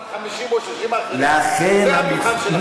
לכן,